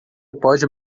pode